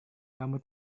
kamu